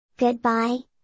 Goodbye